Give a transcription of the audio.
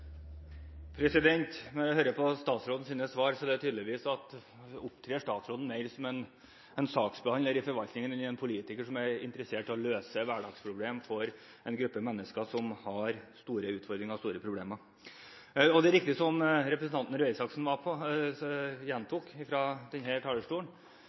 statsråden opptrer mer som en saksbehandler i forvaltningen enn som en politiker som er interessert i å løse hverdagsproblemer for en gruppe mennesker som har store utfordringer og store problemer. Det er riktig som representanten Røe Isaksen gjentok fra denne talerstolen: